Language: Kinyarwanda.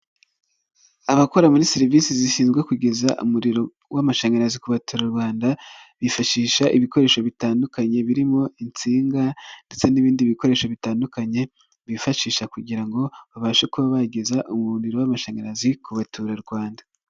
Abakora muri serivisi zishinzwe kugeza umuriro w'amashanyarazi ku baturarwanda, bifashisha ibikoresho bitandukanye birimo insinga ndetse n'ibindi bikoresho bitandukanye bifashisha kugira ngo babashe kuba bageza umuriro w'amashanyarazi ku baturarwanda.